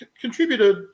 contributed